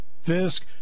Fisk